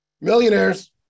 Millionaires